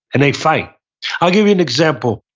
and they fight i'll give you an example,